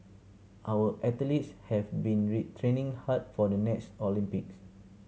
our athletes have been training hard for the next Olympics